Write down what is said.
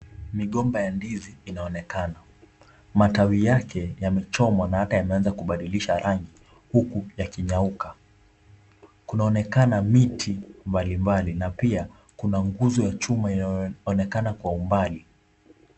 Migomba ya ndizi inaonekana matawi yake yamechomwa na ata yameanza kubadilisha rangi huku yakinyauka. Kunaonekana miti mbali mbali na pia kuna nguzo ya chuma inayoonekana kwa umbali.